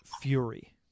fury